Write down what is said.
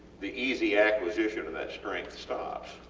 the easy acquisition of that strength stops,